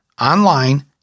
online